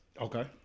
Okay